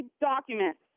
documents